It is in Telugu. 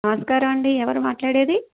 నమస్కారమండి ఎవరు మాట్లాడేది